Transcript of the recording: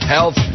Health